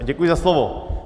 Děkuji za slovo.